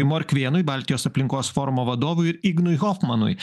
morkvėnui baltijos aplinkos forumo vadovui ir ignui hofmanui